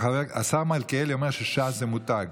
השר מלכיאלי אומר שש"ס היא מותג.